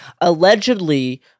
allegedly